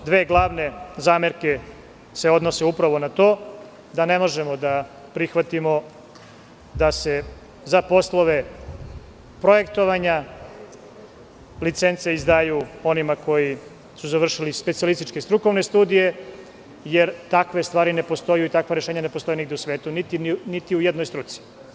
Dve glavne zamerke se odnose upravo na to, da ne možemo da prihvatimo da se za poslove projektovanja licence izdaju onima koji su završili specijalističke i strukovne studije, jer takve stvari ne postoje i takva rešenja ne postoje nigde u svetu, niti u jednoj struci.